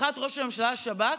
אבטחת ראש הממשלה, השב"כ,